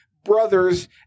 brothers